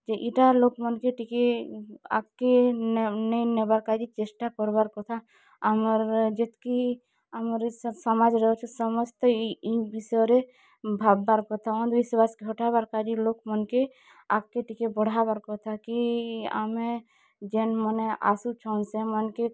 ଯେ ଇଟା ଲୋକ୍ମାନ୍କେ ଟିକେ ଆଗ୍କେ ନେଇଁ ନେବାର୍ କାଯେ ଚେଷ୍ଟା କର୍ବା କଥା ଆମର୍ ଯେତ୍କି ଆମର୍ ଇ ସମାଜ୍ରେ ଅଛୁଁ ସମସ୍ତେ ଇ ବିଷୟରେ ଭାବ୍ବାର୍ କଥା ଅନ୍ଧବିଶ୍ଵାସ୍ ହଟାବାର୍ କାଯେ ଲୋକ୍ମାନ୍କେ ଆଗ୍କେ ଟିକେ ବଢ଼ାବାର୍ କଥା କି ଆମେ ଯେନ୍ ମନେ ଆସୁଛନ୍ ସେମାନ୍କେ